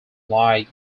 like